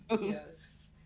Yes